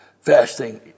Fasting